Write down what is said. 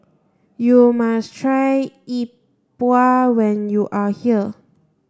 you must try Yi Bua when you are here